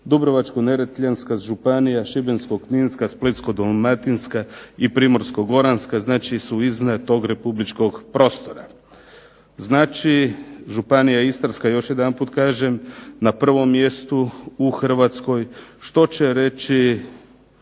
Dubrovačko-neretljanska županija, Šibensko-kninska, Splitsko-dalmatinska i Primorsko-goranska znači su iznad tog republičkog prostora. Znači Županija istarska još jedanput kažem na prvom mjestu u Hrvatskoj što će reći